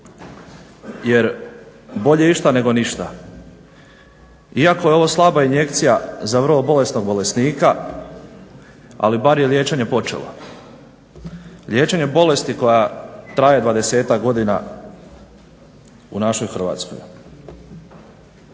jer bolje išta nego ništa. Iako je ovo slaba injekcija za vrlo bolesnog bolesnika, ali bar je liječenje počelo. Liječenje bolesti koja traje 20-tak godina u našoj Hrvatskoj.